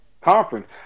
conference